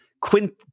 quint